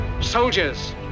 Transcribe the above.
Soldiers